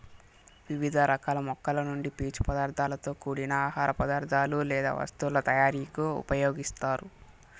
వివిధ రకాల మొక్కల నుండి పీచు పదార్థాలతో కూడిన ఆహార పదార్థాలు లేదా వస్తువుల తయారీకు ఉపయోగిస్తారు